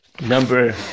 number